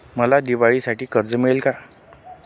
मला दिवाळीसाठी कर्ज मिळेल का?